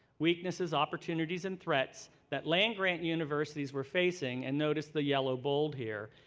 weaknesses, opportunities and threats that land-grant universities were facing, and notice the yellow bold here,